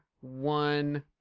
one